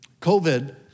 COVID